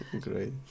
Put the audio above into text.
Great